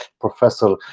professor